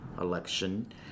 election